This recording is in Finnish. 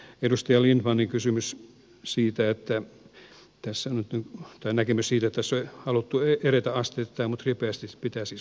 edustaja lindtmanin näkemys siitä että tässä nyt tai näkemys siirto söi haluttuja on haluttu edetä asteittain mutta ripeästi pitää siis paikkansa